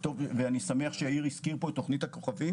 ואני שמח שיאיר גולן הזכיר פה את תוכנית הכוכבים